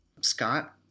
Scott